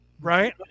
Right